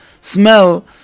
smell